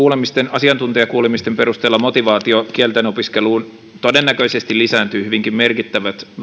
asiantuntijakuulemisten perusteella motivaatio kielten opiskeluun todennäköisesti lisääntyy hyvinkin merkittävästi